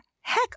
heck